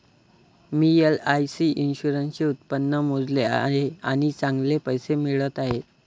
मी LIC इन्शुरन्सचे उत्पन्न मोजले आहे आणि चांगले पैसे मिळत आहेत